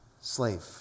Slave